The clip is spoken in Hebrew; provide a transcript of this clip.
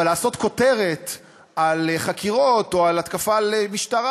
אבל לעשות כותרת על חקירות או על התקפה על משטרה,